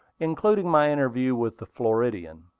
including my interview with the floridian.